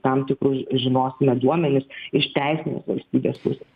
tam tikrus žinosime duomenis iš teisinės valstybės pusės